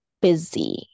busy